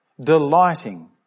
delighting